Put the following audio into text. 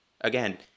again